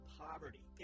poverty